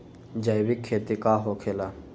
जैविक खेती का होखे ला?